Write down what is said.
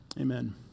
amen